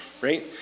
right